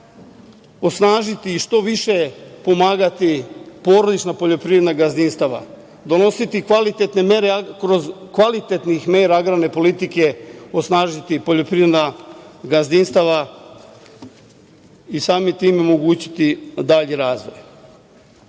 osnažiti ih što više, pomagati porodična poljoprivredna gazdinstva, donošenjem kvalitetnih mera agrarne politike osnažiti poljoprivredna gazdinstva i samim tim omogućiti dalji razvoj. Ono